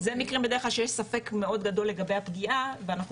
זה מקרה בד"כ שיש ספק לגבי הפגיעה ואנחנו